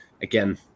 again